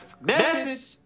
Message